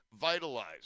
vitalized